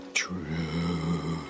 true